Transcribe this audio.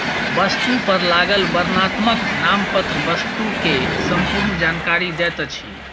वस्तु पर लागल वर्णनात्मक नामपत्र वस्तु के संपूर्ण जानकारी दैत अछि